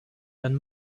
and